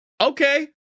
Okay